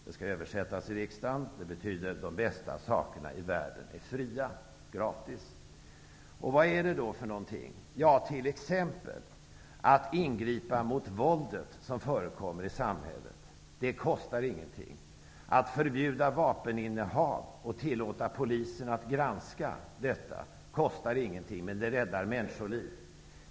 Det skall översättas i riksdagen, och det betyder att de bästa sakerna i världen är gratis. Vad är det då? Ja, det är t.ex. att ingripa mot det våld som förekommer i samhället. Det kostar ingenting. Att förbjuda vapeninnehav och tillåta polisen att granska detta kostar ingenting, men det räddar människoliv.